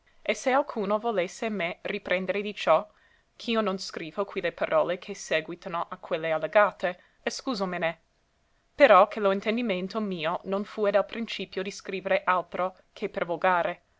e se alcuno volesse me riprendere di ciò ch'io non scrivo qui le parole che sèguitano a quelle allegate escùsomene però che lo intendimento mio non fue dal principio di scrivere altro che